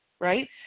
right